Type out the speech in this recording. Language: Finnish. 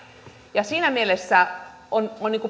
siinä mielessä on